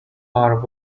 are